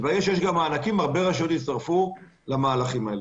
וברגע שיש מענקים הרבה רשויות יצטרפו למהלכים האלה.